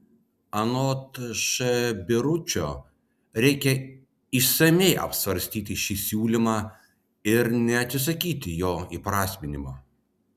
anot š biručio reikia išsamiai apsvarstyti šį siūlymą ir neatsisakyti jo įprasminimo